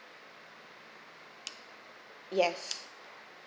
yes